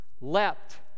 leapt